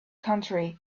country